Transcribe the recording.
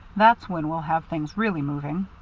that's when we'll have things really moving.